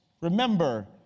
remember